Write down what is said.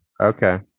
okay